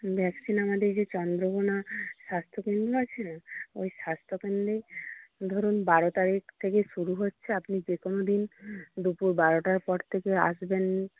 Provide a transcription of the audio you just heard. vaccine আমাদের যে চন্দ্রকোণা স্বাস্থ্যকেন্দ্র আছেনা ওই স্বাস্থ্যকেন্দ্রেই ধরুন বারো তারিখ থেকে শুরু হচ্ছে আপনি যে কোনওদিন দুপুর বারোটার পর থেকে আসবেন